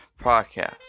podcast